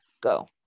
Go